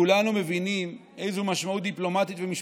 כולנו מבינים איזו משמעות דיפלומטית ומשפטית,